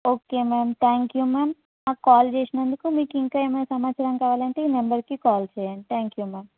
okay ma'am thank you ma'am మాకు call చేసినందుకు మీకు ఇంకా ఏమైనా సమాచారం కావాలంటే ఈ నెంబర్కి కాల్ చేయండి త్యాంక్ యూ మ్యామ్